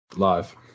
Live